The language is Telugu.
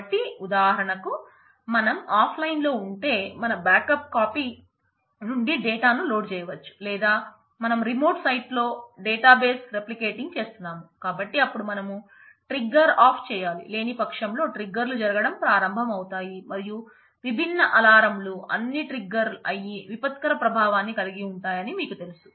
కాబట్టి ఉదాహరణకు మనం ఆఫ్ లైన్ ఆఫ్ చేయాలి లేనిపక్షంలో ట్రిగ్గర్ లు జరగడం ప్రారంభం అవుతాయి మరియు విభిన్న అలారంలు అన్ని ట్రిగ్గర్ అయి విపత్కర ప్రభావాన్ని కలిగి ఉంటాయని మీకు తెలుసు